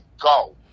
Go